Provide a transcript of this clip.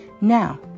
Now